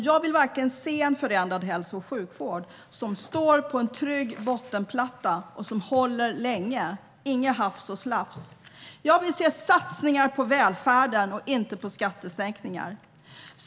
Jag vill verkligen se en förändrad hälso och sjukvård som står på en trygg bottenplatta och som håller länge - inget hafs och slafs. Jag vill se satsningar på välfärden och inte på skattesänkningar.